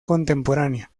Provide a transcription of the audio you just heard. contemporánea